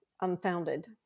unfounded